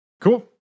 Cool